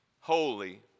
Holy